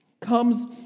comes